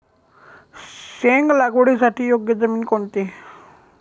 शेंग लागवडीसाठी योग्य जमीन कोणती?